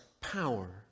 power